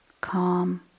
calm